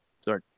sorry